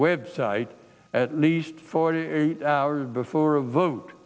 website at least forty eight hours before a vote